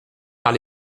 par